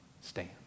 stand